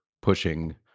pushing